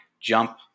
Jump